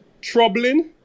troubling